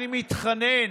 אני מתחנן,